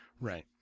Right